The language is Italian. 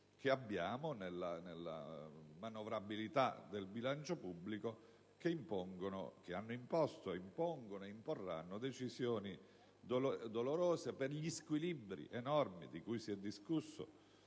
che abbiamo nella manovrabilità del bilancio pubblico che hanno imposto, impongono e imporranno decisioni dolorose per gli squilibri macroeconomici enormi di cui si è discusso